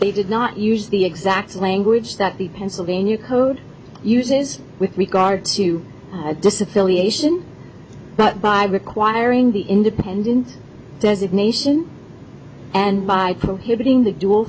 they did not use the exact language that the pennsylvania code uses with regard to disaffiliate but by requiring the independent designation and by prohibiting the dual